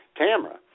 Tamra